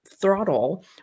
throttle